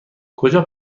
کجا